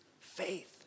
faith